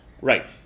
Right